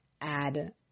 add